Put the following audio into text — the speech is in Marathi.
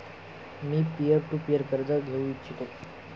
मी पीअर टू पीअर कर्ज घेऊ इच्छितो